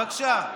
בבקשה.